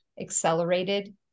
accelerated